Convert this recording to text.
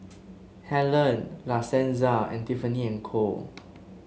Helen La Senza and Tiffany And Co